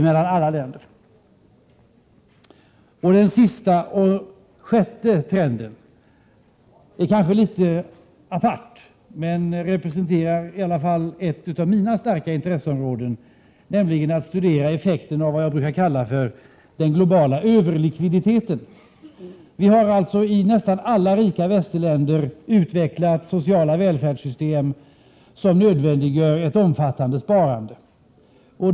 Den sista och sjätte trenden är kanske litet apart men representerar i alla fall ett av mina starka intresseområden, nämligen att studera effekten av vad jag brukar kalla den globala överlikviditeten. Vi har alltså i nästan alla rika västländer utvecklat sociala välfärdssystem som nödvändiggör ett omfattande sparande.